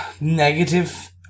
negative